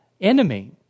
enemy